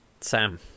Sam